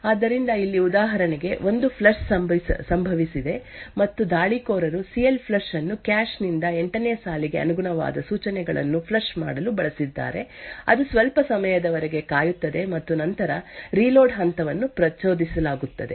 ಆದ್ದರಿಂದ ಇಲ್ಲಿ ಉದಾಹರಣೆಗೆ ಒಂದು ಫ್ಲಶ್ ಸಂಭವಿಸಿದೆ ಮತ್ತು ದಾಳಿಕೋರರು ಸಿ ಎಲ್ ಫ್ಲಶ್ ಅನ್ನು ಕ್ಯಾಶ್ ನಿಂದ 8 ನೇ ಸಾಲಿಗೆ ಅನುಗುಣವಾದ ಸೂಚನೆಗಳನ್ನು ಫ್ಲಶ್ ಮಾಡಲು ಬಳಸಿದ್ದಾರೆ ಅದು ಸ್ವಲ್ಪ ಸಮಯದವರೆಗೆ ಕಾಯುತ್ತದೆ ಮತ್ತು ನಂತರ ರೀಲೋಡ್ ಹಂತವನ್ನು ಪ್ರಚೋದಿಸಲಾಗುತ್ತದೆ